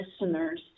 listeners